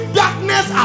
darkness